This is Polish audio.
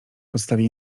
podstawie